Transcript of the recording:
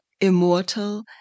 immortal